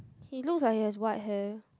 he looks like he has white hair